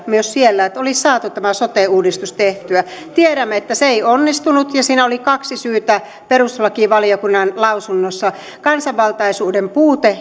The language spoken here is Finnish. myös siellä että olisi saatu tämä sote uudistus tehtyä tiedämme että se ei onnistunut ja siihen oli kaksi syytä perustuslakivaliokunnan lausunnossa kansanvaltaisuuden puute